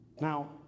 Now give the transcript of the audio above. Now